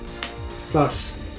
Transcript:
plus